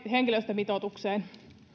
henkilöstömitoitukseen